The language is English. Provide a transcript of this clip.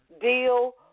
deal